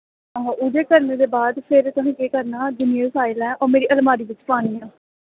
ओह्दे करने दे बाद तुसें केह् करना जिन्नियां बी फाईलां न ओह् मेरी अलमारी बिच्च पानियां